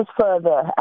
further